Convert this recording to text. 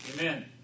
Amen